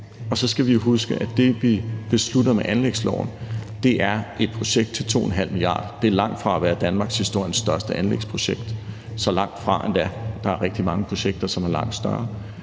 Og så skal vi jo huske, at det, vi beslutter med anlægsloven, er et projekt til 2,5 mia. kr. Det er langt fra at være danmarkshistoriens største anlægsprojekt – så langt fra endda. Der er rigtig mange projekter, som er langt større,